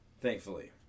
Thankfully